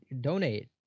donate